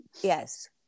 Yes